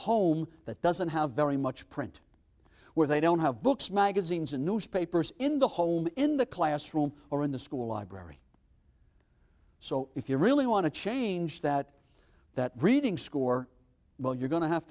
home that doesn't have very much print where they don't have books magazines and newspapers in the home in the classroom or in the school library so if you really want to change that that reading score well you're going to have